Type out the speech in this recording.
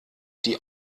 die